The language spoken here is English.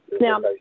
now